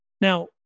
Now